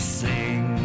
sing